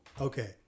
Okay